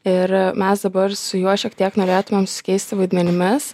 ir mes dabar su juo šiek tiek norėtum susikeisti vaidmenimis